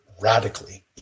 radically